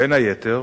בין היתר,